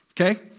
okay